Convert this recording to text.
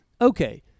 Okay